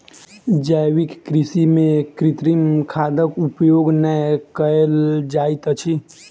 जैविक कृषि में कृत्रिम खादक उपयोग नै कयल जाइत अछि